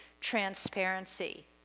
transparency